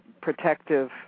protective